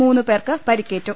മൂന്നു പേർക്ക് പരിക്കേറ്റു